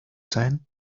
sein